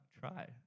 try